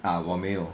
ah 我没有